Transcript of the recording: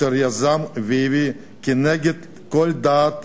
אשר יזם והביא כנגד כל הדעות